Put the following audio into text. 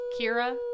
Kira